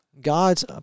God's